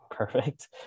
perfect